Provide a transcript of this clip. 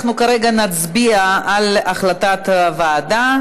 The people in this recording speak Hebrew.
אנחנו כרגע נצביע על החלטת הוועדה.